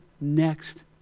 next